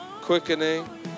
quickening